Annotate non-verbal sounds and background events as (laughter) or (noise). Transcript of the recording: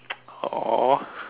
(noise) !aww!